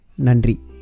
Nandri